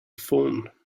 phone